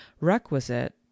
requisite